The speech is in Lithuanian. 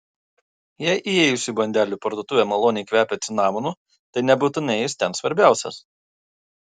jei įėjus į bandelių parduotuvę maloniai kvepia cinamonu tai nebūtinai jis ten svarbiausias